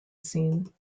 scene